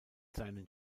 seinen